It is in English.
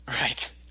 Right